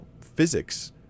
physics